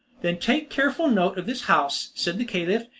then take careful note of this house, said the caliph,